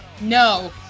No